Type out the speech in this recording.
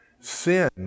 sin